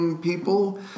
people